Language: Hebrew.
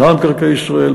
מינהל מקרקעי ישראל,